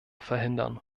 verhindern